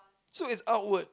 so it's outward